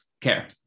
care